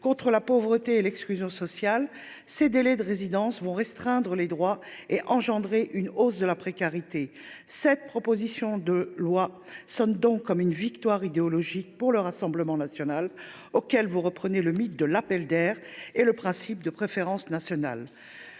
contre la pauvreté et l’exclusion sociale (CNLE), ces délais de résidence vont restreindre les droits et engendrer une hausse de la précarité. Cette proposition de loi sonne donc comme une victoire idéologique pour le Rassemblement national auquel vous reprenez le mythe de l’appel d’air et le principe de préférence nationale.